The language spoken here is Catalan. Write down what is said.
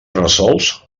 resolts